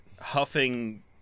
huffing